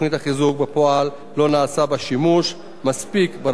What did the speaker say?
ובפועל לא נעשה בה שימוש מספיק ברחבי הארץ.